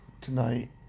tonight